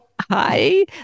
Hi